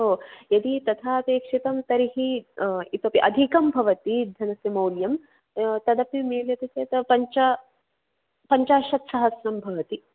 हो यदि तथा अपेक्षितं तर्हि इतोऽपि अधिकं भवति धनस्य मौल्यं तदपि मिलति चेत् पञ्च पञ्चाशत् सहस्रं भवति